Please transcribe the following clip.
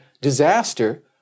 disaster